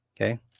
Okay